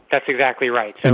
that's exactly right, and